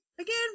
again